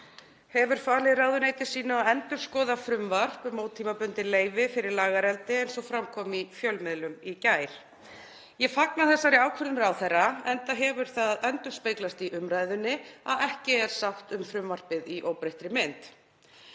hefur falið ráðuneyti sínu að endurskoða frumvarp um ótímabundin leyfi fyrir lagareldi eins og fram kom í fjölmiðlum í gær. Ég fagna þessari ákvörðun ráðherra enda hefur það endurspeglast í umræðunni að ekki er sátt um frumvarpið í óbreyttri mynd.